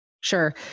Sure